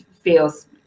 feels